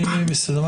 בסדר.